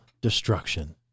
destruction